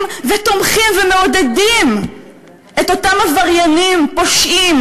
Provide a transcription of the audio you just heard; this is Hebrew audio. ותומכים ומעודדים את אותם עבריינים פושעים,